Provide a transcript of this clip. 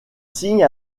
signe